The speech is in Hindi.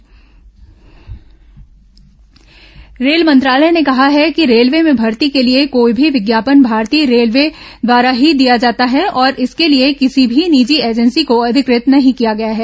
भारतीय रेलवे विज्ञापन खंडन रेल मंत्रालय ने कहा है कि रेलवे में भर्ती के लिए कोई भी विज्ञापन भारतीय रेलवे द्वारा ही दिया जाता है और इसके लिए किसी भी निजी एजेंसी को अधिकृत नहीं किया गया है